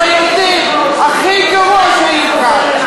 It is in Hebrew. הכי גרוע שהיית כאן.